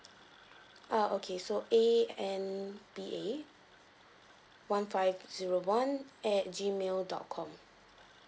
ah okay so A N B A one five zero one at G mail dot com